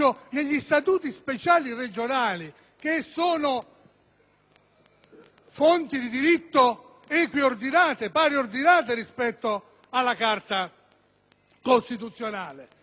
fonti di diritto pariordinate rispetto alla Carta costituzionale, e richiama leggi che hanno vigore in quei territori